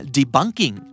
Debunking